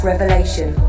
Revelation